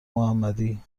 محمدی